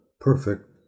perfect